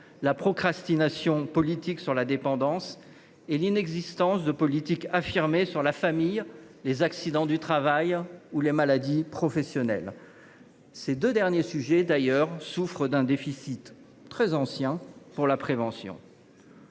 la procrastination politique sur la dépendance et l’inexistence de politiques affirmées sur la famille et sur les accidents du travail et maladies professionnelles (AT MP). Ces deux derniers sujets souffrent du désintérêt ancien pour la prévention.